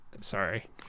sorry